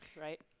right